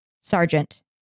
sergeant